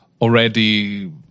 already